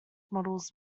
models